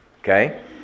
Okay